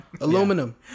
aluminum